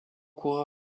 coureur